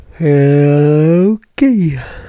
okay